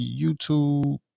YouTube